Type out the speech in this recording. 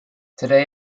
today